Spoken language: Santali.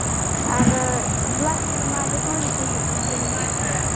ᱟᱨ ᱠᱞᱟᱥ ᱨᱮᱢᱟ ᱡᱚᱛᱦᱚᱲ ᱜᱮᱠᱚ ᱦᱤᱡᱩᱜ ᱠᱟᱱᱟ ᱥᱮ